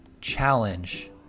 challenge